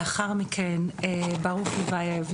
לאחר מכן ברוך ליוייב,